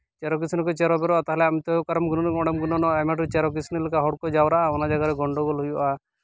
ᱪᱮᱨᱚ ᱠᱤᱥᱱᱤ ᱠᱚ ᱪᱮᱨᱚ ᱵᱮᱨᱚᱜᱼᱟ ᱛᱟᱦᱞᱮ ᱟᱢᱛᱚ ᱚᱠᱟᱨᱮᱢ ᱜᱩᱱᱟᱹᱱᱚᱜᱼᱟ ᱚᱸᱰᱮᱢ ᱜᱩᱱᱟᱹᱱᱚᱜᱼᱟ ᱟᱭᱢᱟ ᱰᱷᱮᱨ ᱪᱮᱨᱚ ᱠᱤᱥᱱᱤ ᱞᱮᱠᱟ ᱦᱚᱲ ᱠᱚ ᱡᱟᱣᱨᱟᱜᱼᱟ ᱚᱱᱟ ᱡᱟᱭᱜᱟᱨᱮ ᱜᱚᱱᱰᱳᱜᱚᱞ ᱦᱩᱭᱩᱜᱼᱟ